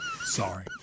Sorry